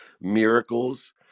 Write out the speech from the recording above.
miracles